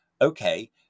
okay